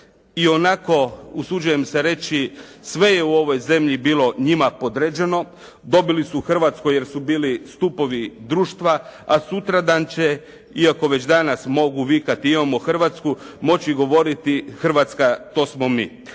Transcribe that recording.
ionako, usuđujem se reći, sve je u ovoj zemlji bilo njima podređeno, dobili su u Hrvatskoj jer su bili stupovi društva, a sutradan će, iako već danas mogu vikati imamo Hrvatsku, moći govoriti Hrvatska to smo mi.